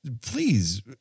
please